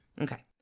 Okay